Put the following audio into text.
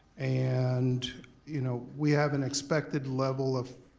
and you know we have an expected level of